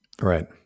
Right